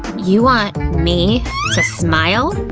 you want me to smile?